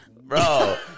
Bro